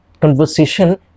conversation